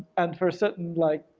and for a certain, like,